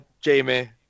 Jamie